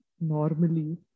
normally